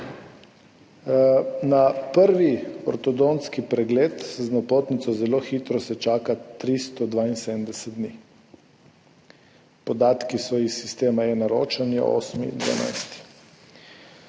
Na prvi ortodontski pregled z napotnico zelo hitro se čaka 372 dni. Podatki so iz sistema eNaročanje 8. 12.